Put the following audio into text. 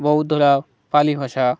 বৌদ্ধরা পালি ভাষা